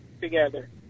together